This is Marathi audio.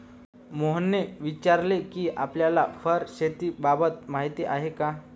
मोहनने विचारले कि आपल्याला फर शेतीबाबत माहीती आहे का?